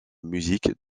musique